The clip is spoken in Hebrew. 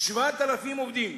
7,000 עובדים.